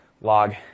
log